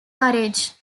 courage